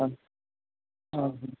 हां हां हां